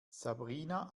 sabrina